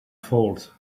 fault